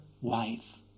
wife